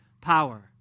power